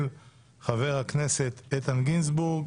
של חבר הכנסת איתן גינזבורג.